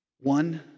one